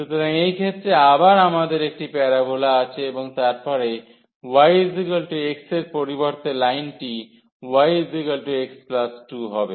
সুতরাং এই ক্ষেত্রে আবার আমাদের একটি প্যারাবোলা আছে এবং তারপরে yx এর পরিবর্তে লাইনটি yx2 হবে